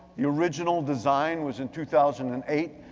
the original design was in two thousand and eight.